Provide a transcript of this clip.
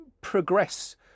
progress